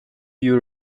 you